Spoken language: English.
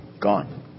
Gone